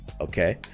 okay